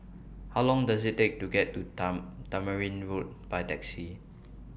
How Long Does IT Take to get to Tamarind Road By Taxi